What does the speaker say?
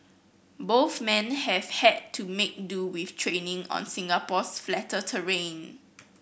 both men have had to make do with training on Singapore's flatter terrain